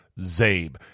ZABE